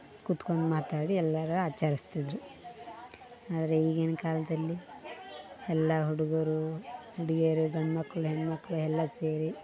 ಕುತ್ಕೊಂಡ್ ಮಾತಾಡಿ ಎಲ್ಲರು ಆಚರಿಸ್ತಿದ್ರು ಆದರೆ ಈಗಿನ ಕಾಲದಲ್ಲಿ ಎಲ್ಲ ಹುಡುಗರು ಹುಡುಗಿಯರು ಗಂಡ್ಮಕ್ಕಳು ಹೆಣ್ಮಕ್ಕಳು ಎಲ್ಲ ಸೇರಿ